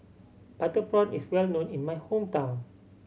butter prawn is well known in my hometown